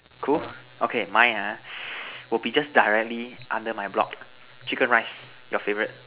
cool okay my ah will be just directly under my block chicken rice your favorite